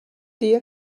dia